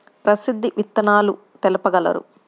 ప్రసిద్ధ విత్తనాలు తెలుపగలరు?